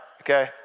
okay